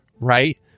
right